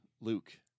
Luke